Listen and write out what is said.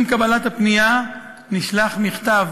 עם קבלת הפנייה נשלח מכתב